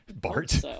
Bart